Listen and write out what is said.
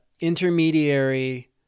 intermediary